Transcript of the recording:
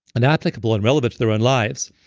and applicable and relevant to their own lives?